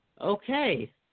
Okay